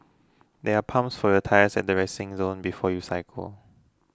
there are pumps for your tyres at the resting zone before you cycle